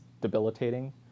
debilitating